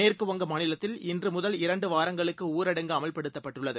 மேற்குவங்கமாநிலத்தில்இன்றுமுதல்இரண்டுவாரங்களுக்குஊரடங்குஅமல்படுத் தப்பட்டுள்ளது